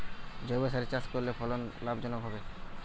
জৈবসারে চাষ করলে ফলন লাভজনক হবে?